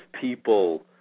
people